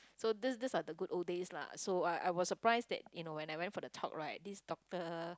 so these these are the good old days lah so I I was surprised that you know when I went for the talk right this doctor